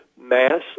Mass